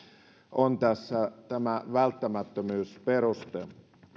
tässä on tämä välttämättömyysperuste